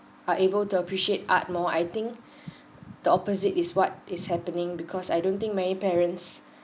are able to appreciate art more I think the opposite is what is happening because I don't think many parents